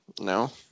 No